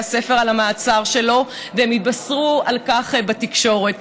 הספר על המעצר שלו והם התבשרו על כך בתקשורת.